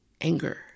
anger